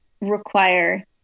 require